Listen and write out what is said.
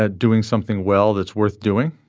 ah doing something well that's worth doing.